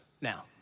Now